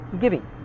giving